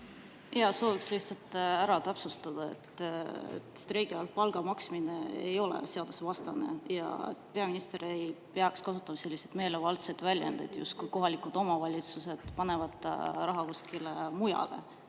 Sooviks lihtsalt täpsustada. Streigi ajal palga maksmine ei ole seadusvastane. Peaminister ei peaks kasutama selliseid meelevaldseid väljendeid, justkui kohalikud omavalitsused paneksid raha kuskile mujale,